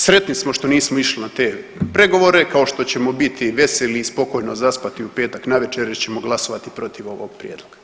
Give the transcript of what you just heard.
Sretni smo što nismo išli na te pregovore kao što ćemo biti veseli i spokojno zaspati u petak navečer jer ćemo glasovati protiv ovog prijedloga.